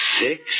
six